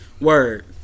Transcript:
Word